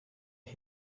had